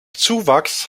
zuwachs